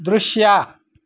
ದೃಶ್ಯ